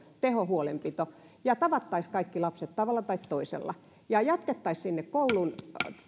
tehohuolenpito ja tavattaisiin kaikki lapset tavalla tai toisella ja jatkettaisiin sinne koulun